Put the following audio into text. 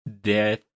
death